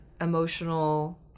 emotional